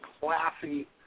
classy